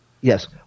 Yes